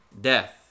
death